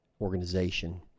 organization